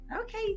Okay